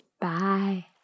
Bye